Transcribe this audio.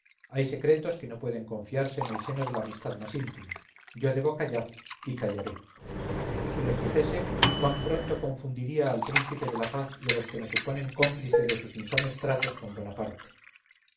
hay secretos que no pueden confiarse en el seno de la amistad más íntima yo debo callar y callaré si los dijese cuán pronto confundiría al príncipe de la paz y a los que me suponen cómplice de sus infames tratos con